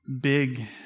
big